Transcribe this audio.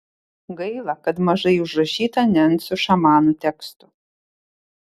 gaila kad mažai užrašyta nencų šamanų tekstų